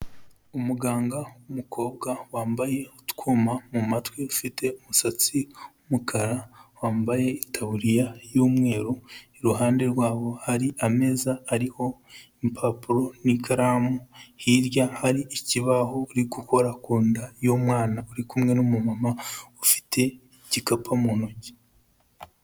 Umuganga w'umukobwa wambaye utwuma mu mu matwi, ufite umusatsi w'umukara, wambaye itaburiya y'umweru. Iruhande rwabo hari ameza ariho impapuro n'ikaramu, hirya hari ikibaho, uri gukora ku nda y'umwana, uri kumwe n'umuntu ufite igikapu mu ntoki.